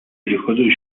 wychodzą